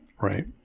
right